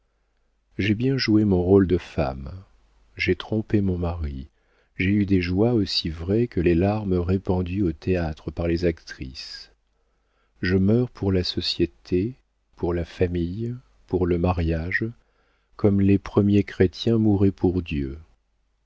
j'ai bien joué mon rôle de femme j'ai trompé mon mari j'ai eu des joies aussi vraies que les larmes répandues au théâtre par les actrices je meurs pour la société pour la famille pour le mariage comme les premiers chrétiens mouraient pour dieu